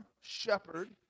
shepherd